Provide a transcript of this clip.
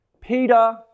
Peter